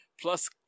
plus